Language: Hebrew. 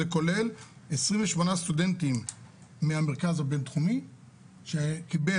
זה כולל 28 סטודנטים מהמרכז הבין-תחומי שקיבל